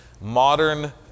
modern